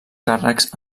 càrrecs